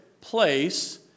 place